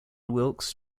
wilkes